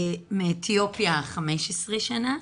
מאתיופיה, 15 שנה.